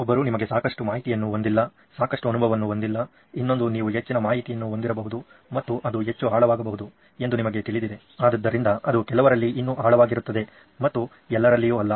ಒಬ್ಬರು ನಿಮಗೆ ಸಾಕಷ್ಟು ಮಾಹಿತಿಯನ್ನು ಹೊಂದಿಲ್ಲ ಸಾಕಷ್ಟು ಅನುಭವವನ್ನು ಹೊಂದಿಲ್ಲ ಇನ್ನೊಂದು ನೀವು ಹೆಚ್ಚಿನ ಮಾಹಿತಿಯನ್ನು ಹೊಂದಿರಬಹುದು ಮತ್ತು ಅದು ಹೆಚ್ಚು ಆಳವಾಗಬಹುದು ಎಂದು ನಿಮಗೆ ತಿಳಿದಿದೆ ಆದ್ದರಿಂದ ಅದು ಕೆಲವರಲ್ಲಿ ಇನ್ನೂ ಆಳವಾಗಿರುತ್ತದೆ ಮತ್ತು ಎಲ್ಲರಲ್ಲಿಯು ಅಲ್ಲ